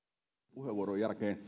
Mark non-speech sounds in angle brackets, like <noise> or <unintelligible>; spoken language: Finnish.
puheenvuoron jälkeen <unintelligible>